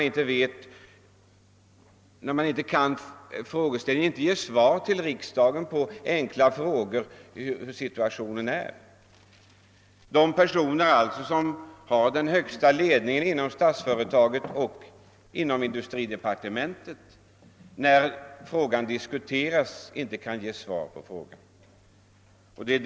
De personer som utgör högsta ledningen i Statsföretag AB och i departementet kunde inte ge svar på frågan, när den diskuterades här.